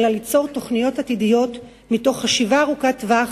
אלא ליצור תוכניות עתידיות מתוך חשיבה ארוכת טווח,